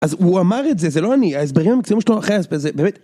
אז הוא אמר את זה, זה לא אני, ההסברים המקצועיים שלו אחרי ההסבר הזה, באמת.